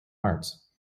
arts